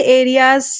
areas